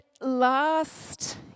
last